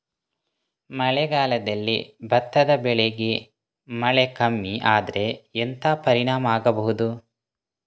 ಮಳೆಗಾಲದಲ್ಲಿ ಭತ್ತದ ಬೆಳೆಗೆ ಮಳೆ ಕಮ್ಮಿ ಆದ್ರೆ ಎಂತ ಪರಿಣಾಮ ಆಗಬಹುದು?